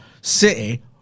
City